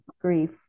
grief